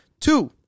Two